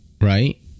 right